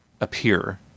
appear